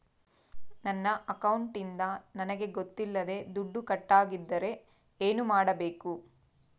ನನ್ನ ಅಕೌಂಟಿಂದ ನನಗೆ ಗೊತ್ತಿಲ್ಲದೆ ದುಡ್ಡು ಕಟ್ಟಾಗಿದ್ದರೆ ಏನು ಮಾಡಬೇಕು?